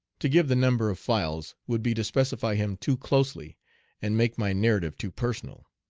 to give the number of files would be to specify him too closely and make my narrative too personal.